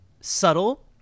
subtle